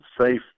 safe